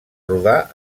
rodar